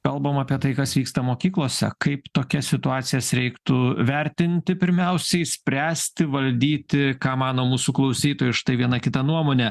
kalbam apie tai kas vyksta mokyklose kaip tokias situacijas reiktų vertinti pirmiausiai spręsti valdyti ką mano mūsų klausytojai štai viena kita nuomonė